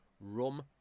Rum